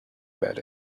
about